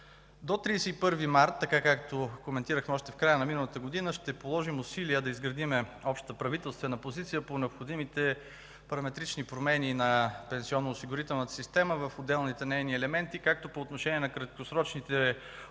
До 31 март, както коментирахме още в края на миналата година, ще положим усилия да изградим обща правителствена позиция по необходимите параметрични промени на пенсионноосигурителната система в отделните нейни елементи както по отношение на краткосрочните осигурени